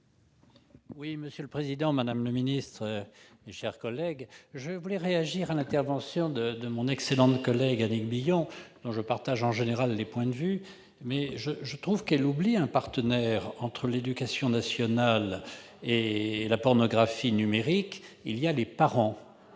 vote. Monsieur le président, madame la ministre, chers collègues, je souhaite réagir à l'intervention de mon excellente collègue Annick Billon. Je partage en général ses points de vue, mais je trouve qu'elle oublie là un partenaire essentiel : entre l'éducation nationale et la pornographie numérique, il y a les parents,